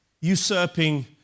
usurping